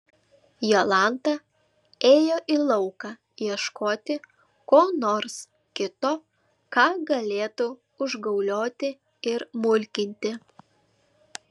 jolanta ėjo į lauką ieškoti ko nors kito ką galėtų užgaulioti ir mulkinti